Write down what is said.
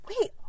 wait